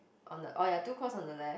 on the oh ya two cross on the left